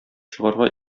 чыгарга